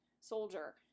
soldier